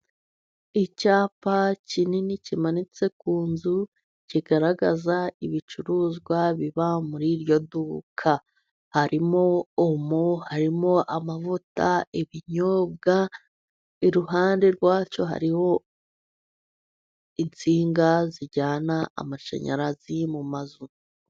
Icyapa kinini kimanitse ku nzu kigaragaza ibicuruzwa biba muri iryo duka, harimo: omo, harimo amavuta, ibinyobwa. Iruhande rwacyo hari insinga zijyana amashanyarazi mu mazu.